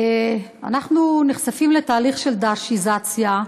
אנחנו נחשפים לתהליך של "דאעשיזציה".